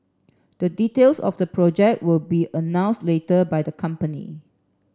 the details of the project will be announced later by the company